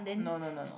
no no no no